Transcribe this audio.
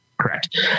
Correct